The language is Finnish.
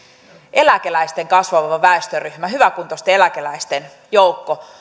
eläkeläisten kasvava väestöryhmä hyväkuntoisten eläkeläisten joukko